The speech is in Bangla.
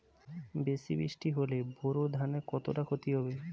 বেশি বৃষ্টি হলে বোরো ধানের কতটা খতি হবে?